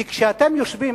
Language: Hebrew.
כי כשאתם יושבים,